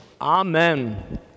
Amen